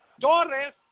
Torres